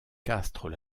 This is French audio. castres